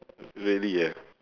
really ah